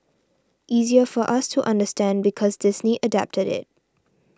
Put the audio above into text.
easier for us to understand because Disney adapted it